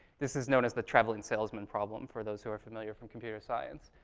this is known as the traveling salesman problem, for those who are familiar from computer science.